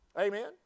Amen